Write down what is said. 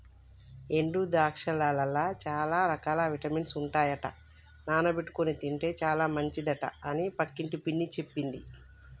ఎండు ద్రాక్షలల్ల చాల రకాల విటమిన్స్ ఉంటాయట నానబెట్టుకొని తింటే చాల మంచిదట అని పక్కింటి పిన్ని చెప్పింది